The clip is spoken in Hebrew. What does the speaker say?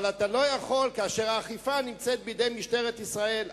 אבל כאשר האכיפה נמצאת בידי משטרת ישראל,